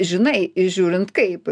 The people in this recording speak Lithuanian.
žinai žiūrint kaip